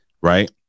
right